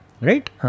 Right